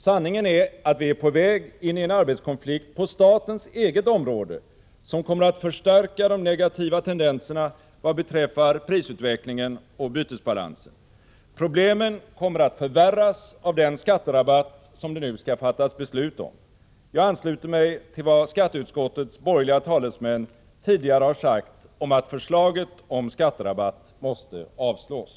Sanningen är att vi är på väg in i en arbetskonflikt på statens eget område, som kommer att förstärka de negativa tendenserna vad beträffar prisutvecklingen och bytesbalansen. Problemen kommer att förvärras av den skatterabatt som det nu skall fattas beslut om. Jag ansluter mig till vad skatteutskottets borgerliga talesmän tidigare har sagt: att förslaget om skatterabatt måste avslås.